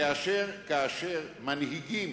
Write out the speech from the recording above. כאשר מנהיגים